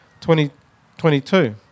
2022